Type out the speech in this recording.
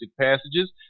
passages